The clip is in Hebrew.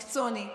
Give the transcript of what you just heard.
מקצוענית.